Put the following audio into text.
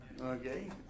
okay